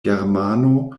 germano